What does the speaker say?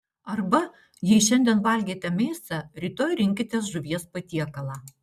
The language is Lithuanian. arba jei šiandien valgėte mėsą rytoj rinkitės žuvies patiekalą